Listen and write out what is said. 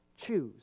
choose